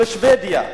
בשבדיה,